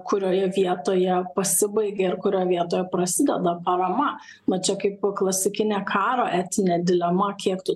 kurioje vietoje pasibaigia ir kurioj vietoj prasideda parama na čia kaip klasikinė karo etinė dilema kiek tu